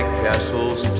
castles